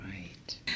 Right